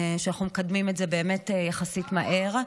שאנחנו מקדמים את זה באמת יחסית מהר.